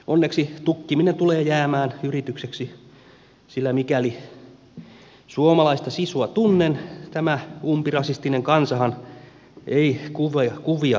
onneksi tukkiminen tulee jäämään yritykseksi sillä mikäli suomalaista sisua tunnen tämä umpirasistinen kansahan ei kuvia kumartele